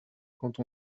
quand